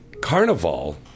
carnival